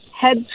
head